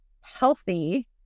healthy